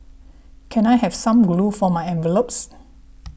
can I have some glue for my envelopes